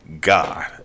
God